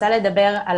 אני רוצה לדבר על